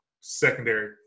secondary